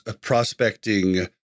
prospecting